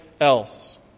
else